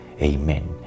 Amen